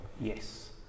yes